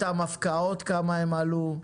אותן הפקעות כמה הן עלו.